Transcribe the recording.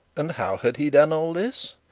and how had he done all this?